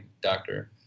doctor